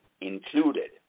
included